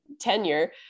tenure